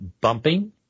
bumping